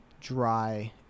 Dry